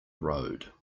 road